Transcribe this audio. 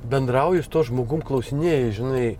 bendrauji su tuo žmogum klausinėji žinai